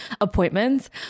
appointments